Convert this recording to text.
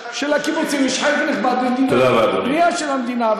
שלקיבוצים יש חלק נכבד בבנייה של המדינה.